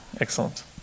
Excellent